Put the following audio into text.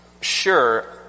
Sure